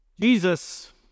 Jesus